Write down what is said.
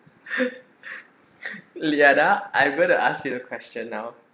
lianna I'm going to ask you a question now